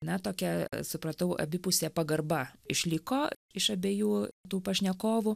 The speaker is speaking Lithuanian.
na tokia supratau abipusė pagarba išliko iš abiejų tų pašnekovų